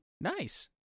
Nice